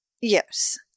Yes